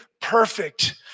perfect